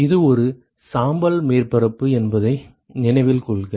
இது ஒரு சாம்பல் மேற்பரப்பு என்பதை நினைவில் கொள்க